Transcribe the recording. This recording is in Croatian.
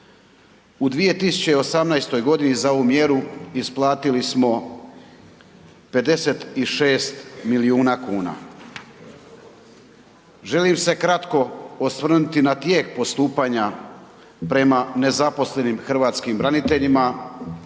U 2018.g. za ovu mjeru isplatili smo 56 milijuna kuna. Želim se kratko osvrnuti na tijek postupanja prema nezaposlenim hrvatskim braniteljima.